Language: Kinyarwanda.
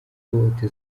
bote